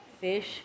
fish